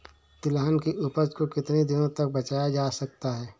तिलहन की उपज को कितनी दिनों तक बचाया जा सकता है?